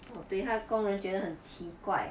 oh 对她的工人觉得很奇怪